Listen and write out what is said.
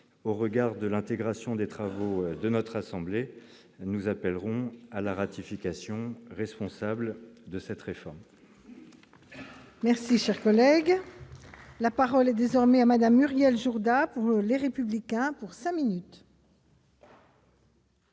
au regard de l'intégration des travaux de notre assemblée, nous appellerons à la ratification, responsable de cette réforme. Merci, cher collègue, la parole est désormais à Madame Muriel Jourda pour les républicains pour sa minute.